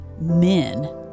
men